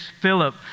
Philip